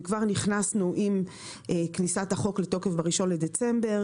וכבר הכנסנו פעולות הסברה עם כניסת החוק לתוקף באחד בדצמבר.